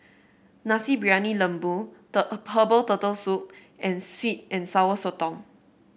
Nasi Briyani Lembu Herbal Turtle Soup and sweet and Sour Sotong